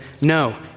No